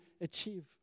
achieve